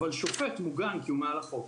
אבל שופט מוגן כי הוא מעל החוק.